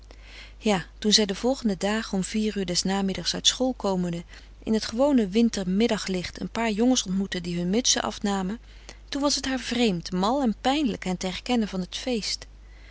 ja toen zij de volgende dagen om uur des namiddags uit school komende in het gewone winter middaglicht een paar jongens ontmoette die hun mutsen afnamen toen was het haar vreemd mal en pijnlijk hen te herkennen van het feest